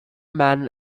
man